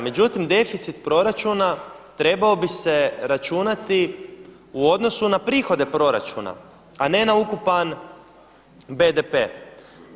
Međutim, deficit proračuna trebao bi se računati u odnosu na prihode proračuna, a ne na ukupan BDP-e.